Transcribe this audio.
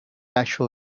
actual